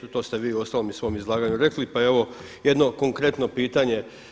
To ste vi uostalom i u svom izlaganju rekli, pa je ovo jedno konkretno pitanje.